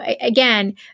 again